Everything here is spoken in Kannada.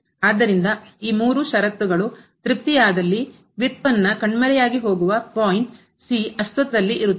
ಆದ್ದರಿಂದ ಈ ಮೂರು ಷರತ್ತುಗಳು ತೃಪ್ತಿಯಾದಲ್ಲಿ ಉತ್ಪನ್ನ ಕಣ್ಮರೆಯಾಗಿಹೋಗುವ ಪಾಯಿಂಟ್ ಅಸ್ತಿತ್ವದಲ್ಲಿ ಇರುತ್ತದೆ